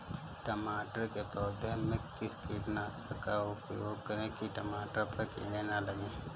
टमाटर के पौधे में किस कीटनाशक का उपयोग करें कि टमाटर पर कीड़े न लगें?